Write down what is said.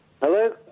Hello